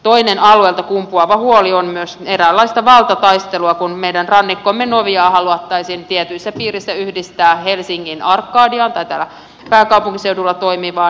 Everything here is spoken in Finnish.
toinen alueelta kumpuava huoli on myös eräänlaista valtataistelua kun meidän rannikkomme novia haluttaisiin tietyissä piireissä yhdistää täällä pääkaupunkiseudulla toimivaan arcadaan